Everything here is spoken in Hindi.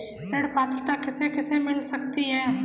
ऋण पात्रता किसे किसे मिल सकती है?